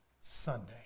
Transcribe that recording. Sunday